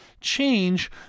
change